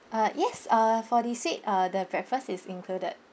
uh yes uh for this suite uh the breakfast is included